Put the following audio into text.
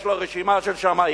יש לו רשימה של שמאים